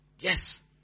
Yes